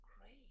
great